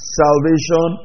salvation